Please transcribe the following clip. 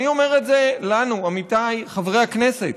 ואני אומר את זה לנו, עמיתיי חברי הכנסת,